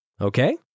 okay